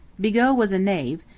bigot was a knave,